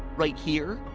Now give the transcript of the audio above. right here?